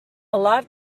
lot